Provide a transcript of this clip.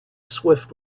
swift